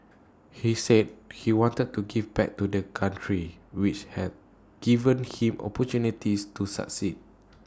he said he wanted to give back to the country which had given him opportunities to succeed